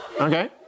Okay